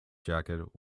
jacket